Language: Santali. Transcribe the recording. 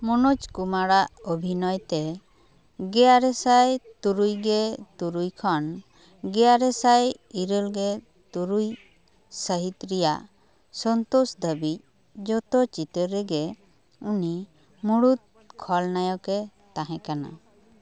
ᱢᱚᱱᱳᱡᱽ ᱠᱩᱢᱟᱨᱟᱜ ᱚᱵᱷᱤᱱᱚᱭ ᱛᱮ ᱜᱮᱼᱟᱨᱮ ᱥᱟᱭ ᱛᱩᱨᱩᱭ ᱜᱮ ᱛᱩᱨᱩᱭ ᱠᱷᱚᱱ ᱜᱮᱼᱟᱨᱮ ᱥᱟᱭ ᱤᱨᱟᱹᱞᱜᱮ ᱛᱩᱨᱩᱭ ᱥᱟᱹᱦᱤᱛ ᱨᱮᱭᱟᱜ ᱥᱳᱱᱛᱚᱥ ᱫᱷᱟᱹᱵᱤᱡ ᱡᱚᱛᱚ ᱪᱤᱛᱟᱹᱨ ᱨᱮᱜᱮ ᱩᱱᱤ ᱢᱩᱲᱩᱫᱽ ᱠᱷᱚᱞ ᱱᱟᱭᱚᱠᱮ ᱛᱟᱦᱮᱸ ᱠᱟᱱᱟ